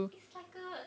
is like a